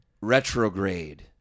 retrograde